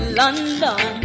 london